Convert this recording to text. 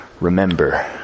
remember